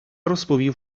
розповів